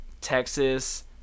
Texas